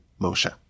Moshe